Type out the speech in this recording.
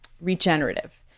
regenerative